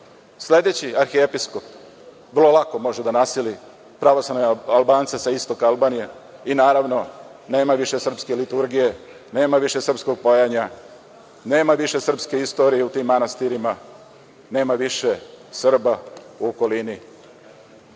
Sledeći arhiepiskop vrlo lako može da naseli pravoslavne Albance sa istoka Albanije i, naravno, nema više srpske liturgije, nema više srpskog pojanja, nema više srpske istorije u tim manastirima, nema više Srba u okolini,